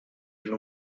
even